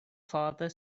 father